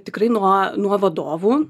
tikrai nuo nuo vadovų